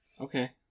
okay